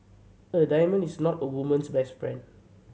a diamond is not a woman's best friend